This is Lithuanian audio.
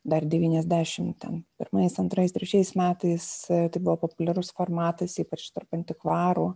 dar devyniasdešim ten pirmais antrais trečiais metais tai buvo populiarus formatas ypač tarp antikvarų